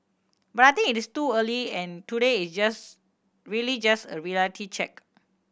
but I think it is too early and today is just really just a reality check